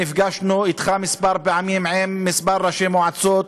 נפגשנו אתך פעמים אחדות, ועם כמה ראשי מועצות,